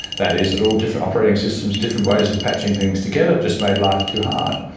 that is that all different operating systems, different ways of patching things together just made life too hard.